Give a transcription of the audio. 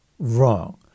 wrong